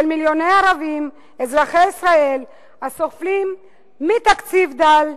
מיליוני ערבים אזרחי ישראל הסובלים מתקציב דל,